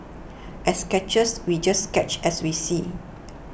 as sketchers we just sketch as we see